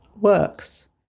works